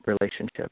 relationship